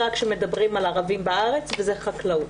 ערבים בארץ, וזה חקלאות.